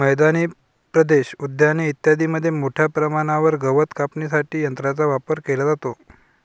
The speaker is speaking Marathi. मैदानी प्रदेश, उद्याने इत्यादींमध्ये मोठ्या प्रमाणावर गवत कापण्यासाठी यंत्रांचा वापर केला जातो